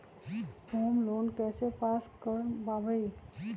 Home loan कैसे pass कर बाबई?